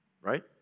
Right